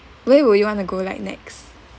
where will you want to go like next